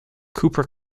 cooper